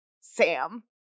Sam